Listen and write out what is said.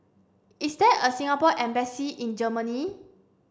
is there a Singapore embassy in Germany